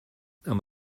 amb